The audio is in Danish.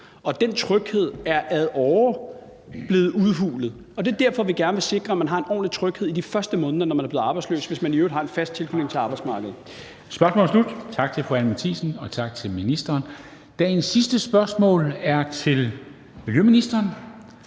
og den tryghed er ad åre blevet udhulet. Og det er derfor, vi gerne vil sikre, at man har en ordentlig tryghed i de første måneder, når man er blevet arbejdsløs, hvis man i øvrigt har en fast tilknytning til arbejdsmarkedet. Kl. 13:52 Formanden (Henrik Dam Kristensen): Spørgsmålet er slut. Tak til fru Anni Matthiesen, og tak til ministeren. Dagens sidste spørgsmål er til miljøministeren,